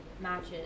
matches